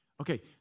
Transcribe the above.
Okay